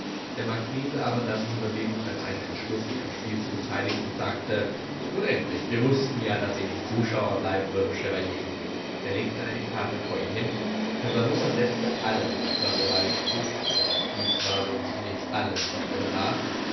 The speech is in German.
der marchese aber nahm diese bewegung als einen entschluß sich am spiel zu beteiligen und sagte nun endlich wir wußten ja daß sie nicht zuschauer bleiben würden chevalier er legte eine karte vor ihn hin casanova setzte alles was er bei sich trug und dies war so ziemlich alles was er besaß